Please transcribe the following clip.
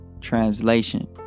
translation